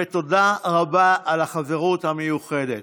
ותודה רבה על החברות המיוחדת.